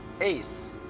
Ace